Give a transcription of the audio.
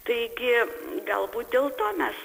taigi galbūt dėl to mes